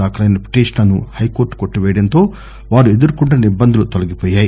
దాఖలైన పిటిషన్లను హైకోర్టు కొట్టివేయడంతో వారు ఎదుర్కొంటున్న ఇబ్బందులు తొలగిపోయాయి